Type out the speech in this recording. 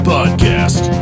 Podcast